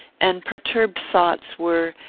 and perturbed thoughts, were,